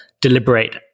deliberate